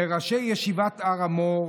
מראשי ישיבת הר המור,